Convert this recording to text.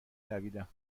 دویدم